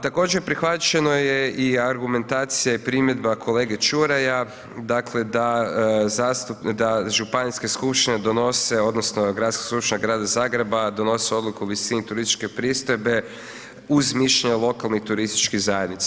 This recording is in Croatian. Također prihvaćeno je i argumentacija i primjedba kolege Čuraja, dakle, da županijske skupštine donose odnosno da gradska skupština Grada Zagreba donosi odluku o visini turističke pristojbe uz mišljenje lokalnih turističkih zajednica.